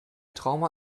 trauma